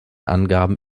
angaben